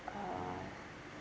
uh